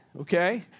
okay